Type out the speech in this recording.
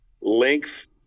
length